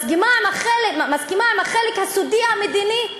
מסכימה עם החלק הסודי המדיני?